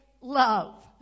love